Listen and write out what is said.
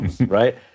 right